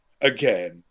again